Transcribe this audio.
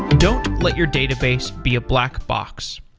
don't let your database be a black box.